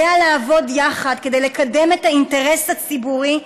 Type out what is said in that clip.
לעבוד יחד כדי לקדם את האינטרס הציבורי,